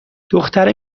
دختره